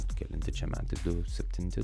sukelianti čia man tik du septinti